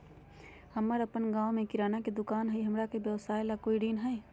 हमर अपन गांव में किराना के दुकान हई, हमरा के व्यवसाय ला कोई ऋण हई?